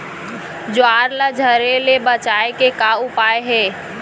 ज्वार ला झरे ले बचाए के का उपाय हे?